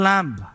Lamb